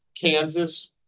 Kansas